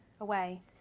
away